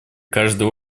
каждый